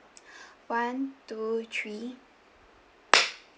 one two three